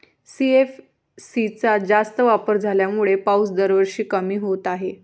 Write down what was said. CFC चा जास्त वापर झाल्यामुळे पाऊस दरवर्षी कमी होत आहे